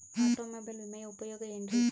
Automobile ವಿಮೆಯ ಉಪಯೋಗ ಏನ್ರೀ?